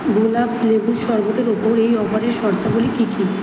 গুলাবস লেবুর শরবতের ওপর এই অফারের শর্তাবলী কী কী